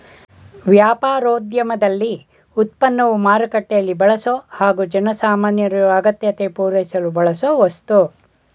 ವ್ಯಾಪಾರೋದ್ಯಮದಲ್ಲಿ ಉತ್ಪನ್ನವು ಮಾರುಕಟ್ಟೆಲೀ ಬಳಸೊ ಹಾಗು ಜನಸಾಮಾನ್ಯರ ಅಗತ್ಯತೆ ಪೂರೈಸಲು ಬಳಸೋವಸ್ತು